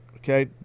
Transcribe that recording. Okay